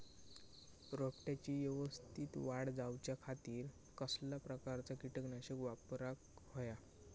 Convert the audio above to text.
रोपट्याची यवस्तित वाढ जाऊच्या खातीर कसल्या प्रकारचा किटकनाशक वापराक होया?